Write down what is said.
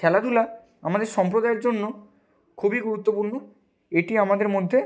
খেলাধুলা আমাদের সম্প্রদায়ের জন্য খুবই গুরুত্বপূর্ণ এটি আমাদের মধ্যে